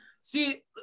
see